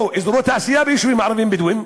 אזורי תעשייה ביישובים ערביים-בדואיים,